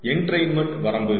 entrainment வரம்பு